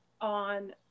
on